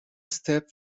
step